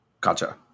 gotcha